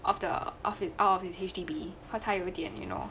off the office out of his H_D_B 他他有点 you know